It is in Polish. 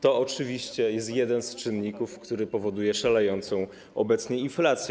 To oczywiście jest jeden z czynników, które powodują szalejącą obecnie inflację.